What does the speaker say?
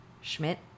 Schmidt